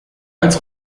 als